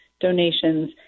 donations